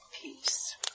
peace